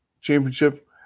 championship